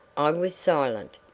i was silent.